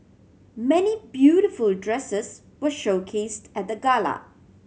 many beautiful dresses were showcased at the gala